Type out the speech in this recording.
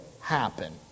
happen